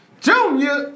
Junior